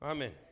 Amen